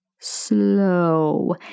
slow